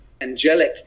Angelic